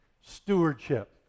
stewardship